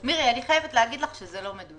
אני חייבת לומר לך שזה לא מדויק,